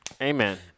Amen